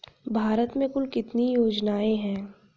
भारत में कुल कितनी योजनाएं हैं?